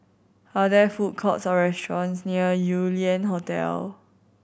are there food courts or restaurants near Yew Lian Hotel